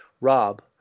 Rob